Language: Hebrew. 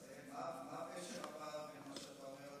אז מה פשר הפער בין מה שאתה אומר,